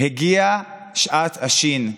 הגיעה שעת השין.